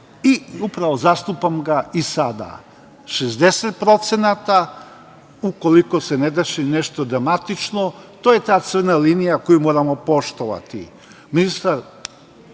i upravo ga zastupam i sada. Dakle, 60%, ukoliko se ne desi nešto dramatično. To je ta crna linija koju moramo poštovati.